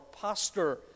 pastor